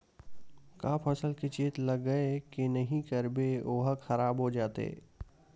का फसल के चेत लगय के नहीं करबे ओहा खराब हो जाथे?